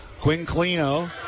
Quinclino